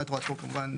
המטרו עצמו כמובן,